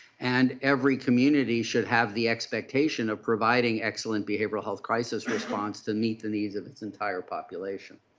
and every community should have the expectation of providing excellent behavioral health crisis response to meet the needs of its entire population.